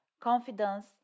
confidence